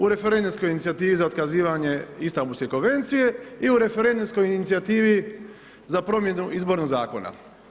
U referendumskoj inicijativi za otkazivanje Istanbulske konvencije i u referendumskoj inicijativi za promjenu izbornog zakona.